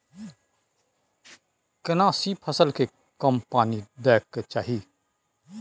केना सी फसल के कम पानी दैय के चाही?